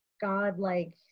god-like